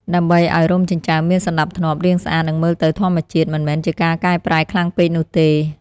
ដើម្បីឲ្យរោមចិញ្ចើមមានសណ្តាប់ធ្នាប់ រាងស្អាត និងមើលទៅធម្មជាតិ មិនមែនជាការកែប្រែខ្លាំងពេកនោះទេ។